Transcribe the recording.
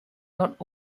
not